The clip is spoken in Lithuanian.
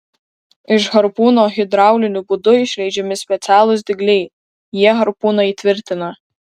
iš harpūno hidrauliniu būdu išleidžiami specialūs dygliai jie harpūną įtvirtina